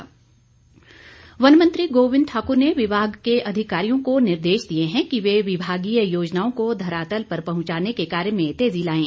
गोविंद ठाकुर वन मंत्री गोविंद ठाकुर ने विभाग के अधिकारियों को निर्देश दिए हैं कि वे विभागीय योजनाओं को धरातल पर पहुंचाने के कार्य में तेज़ी लाएं